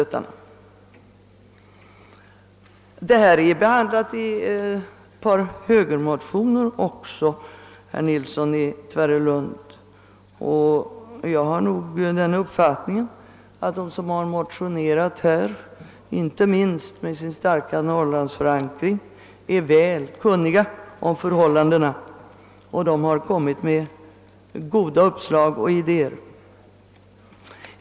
Detta har också, herr Nilsson i Tvärålund, behandlats i ett par högermotioner, och jag har den uppfattningen att de som här motionerat inte minst genom sin starka norrlandsförankring är väl insatta i förhållandena och att de kommit med goda uppslag och idéer.